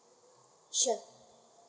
sure